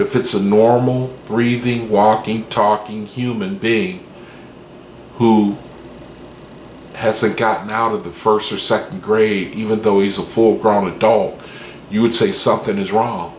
if it's a normal breathing walking talking human being who hasn't gotten out of the first or second grade even though he's a four grown adult you would say something is wrong